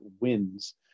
wins